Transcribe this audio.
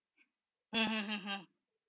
mmhmm mmhmm